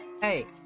Hey